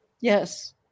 Yes